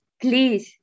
please